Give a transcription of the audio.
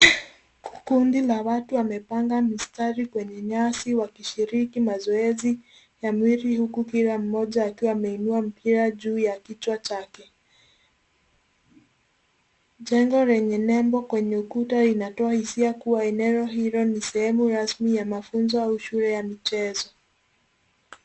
Kundi la watu wamepanga mistari kwenye nyasi, wakishiriki mazoezi ya mwili ,huku kila mmoja akiwa ameinua mpira juu ya kichwa chake. Jengo lenye nembo kwenye ukuta inatoa hisia kuwa eneo hilo ni sehemu rasmi ya mafunzo au shule ya michezo.